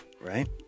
right